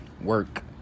work